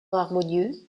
harmonieux